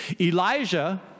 Elijah